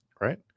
right